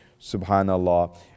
Subhanallah